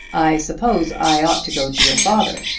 i suppose i ought to go to your father,